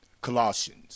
Colossians